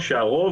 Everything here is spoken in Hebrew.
הרוב,